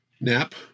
nap